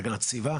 הסביבה.